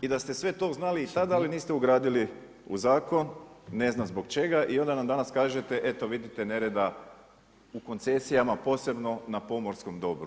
I da ste to znali i saznali, niste ugradili u zakon, ne znam zbog čega, i onda nam danas kažete, eto vidite nereda u koncesijama, posebno na pomorskom dobru.